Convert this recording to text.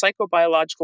psychobiological